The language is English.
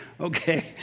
okay